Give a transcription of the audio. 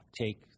take